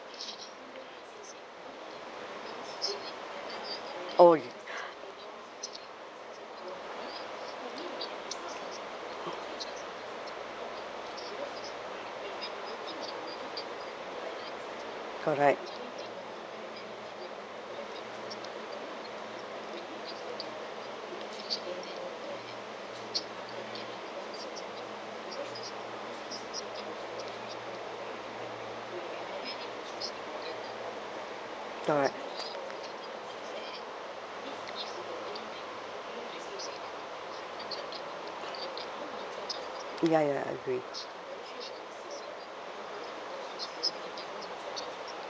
oh correct correct ya ya agree